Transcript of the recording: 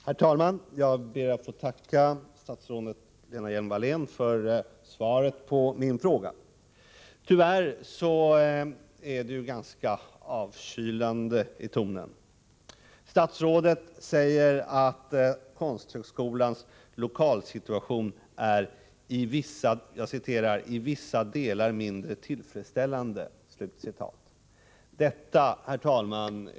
Herr talman! Jag ber att få tacka statsrådet Lena Hjelm-Wallén för svaret på min fråga. Tyvärr är det ganska avkylande i tonen. Statsrådet säger att Konsthögskolans lokalsituation är ”i vissa delar mindre tillfredsställande”. Herr talman!